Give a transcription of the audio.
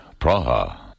Praha